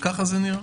וככה זה נראה.